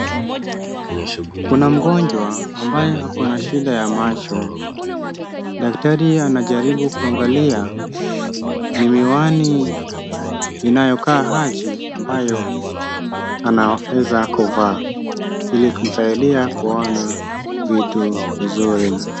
Kuna mgonjwa ambaye ako na shida ya macho, daktari anajaribu kuangalia ni miwani inayokaa aje ambayo anaweza kuvaa, ili kumsaidia kuona vitu vizuri.